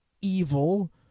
evil